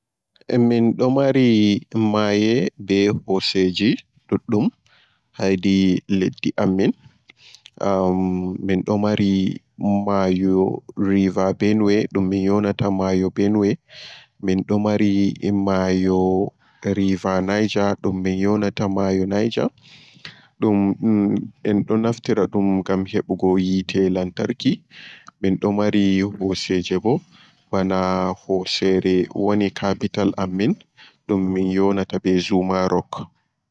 Ah goɗɗo am ho koseje be maayo kam komi andi ɗo waagi ai sosai jonta bana koseje mindo mari wod hosere mandara wodi dimlan wodi zuma rock zuma rock do ha abuja woni ɗum wod tariha sosai himbe do yaha ɗoɗɗon ziyara nde nde wodi sukur sukur ɗoo ha madagali wodi himɓe naɗum ziyara yaha laara noi koseje mai woni sakko koseje sukur dokam ɗedon ɗe tati on ɗeɗo hauti ha nokkure woore nden nden woodi hosere bagale hanjum fu ɗon hedi fufore. Toh mayo ji mido andi mayoji fu wodi maayo geriyo wodi maayo benue wodi mayo gongola nden nden wodi maayo belwa maayo belwa ɗo woodi tariya sosai neɓi ha lesdi mabalwa.